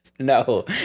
No